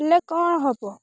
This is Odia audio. ଥିଲେ କ'ଣ ହବ